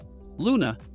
Luna